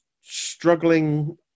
struggling